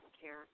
care